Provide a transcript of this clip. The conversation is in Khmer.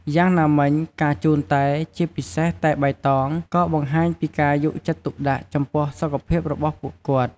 យ៉ាងណាមិញ ការជូនតែ ជាពិសេសតែបៃតង ក៏បង្ហាញពីការយកចិត្តទុកដាក់ចំពោះសុខភាពរបស់ពួកគាត់។